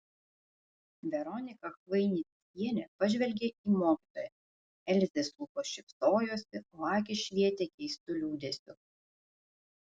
veronika chvainickienė pažvelgė į mokytoją elzės lūpos šypsojosi o akys švietė keistu liūdesiu